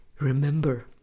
Remember